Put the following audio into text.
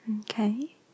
okay